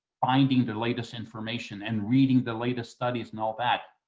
finding the latest information and reading the latest studies and all that.